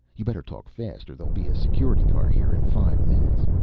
you better talk fast, or there'll be a security car here in five minutes.